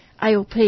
ALP